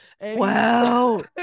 Wow